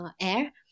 air